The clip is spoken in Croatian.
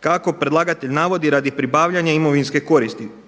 kako predlagatelj navodi radi pribavljanja imovinske koristi.